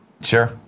Sure